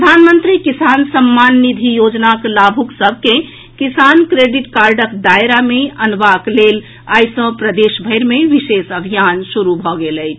प्रधानमंत्री किसान सम्मान निधि योजनाक लाभुक सभ के किसान क्रेडिट कार्डक दायरा मे अनबाक लेल आइ सॅ प्रदेश भरि मे विशेष अभियान शुरू भऽ गेल अछि